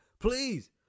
Please